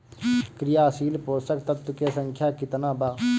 क्रियाशील पोषक तत्व के संख्या कितना बा?